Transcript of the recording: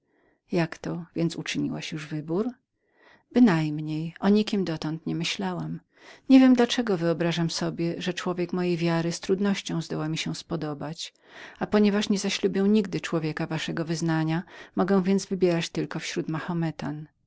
jak to więc uczyniłaś już wybór bynajmniej o nikim dotąd nie myślałam niewiem dla czego wyobrażam sobie że człowiek mojej wiary z trudnością zdoła mi się podobać nie zaślubię nigdy człowieka waszego wyznania zostaje mi więc tylko jaki mahometanin